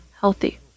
healthy